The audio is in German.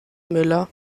müller